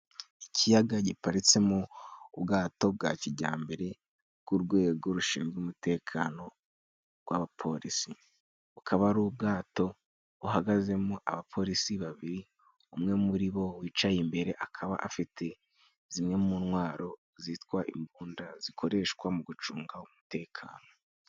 Ikiyaga giparitse mo ubwato bwa kijyambere bw'urwego rushinzwe umutekano rw'abapolisi. Bukaba ari ubwato buhagazemo abapolisi babiri, umwe muri bo wicaye imbere akaba afite zimwe mu ntwaro zitwa imbunda, zikoreshwa mu ugucunga umutekano.